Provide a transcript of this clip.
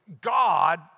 God